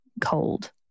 cold